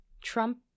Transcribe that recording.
Trump